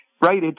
right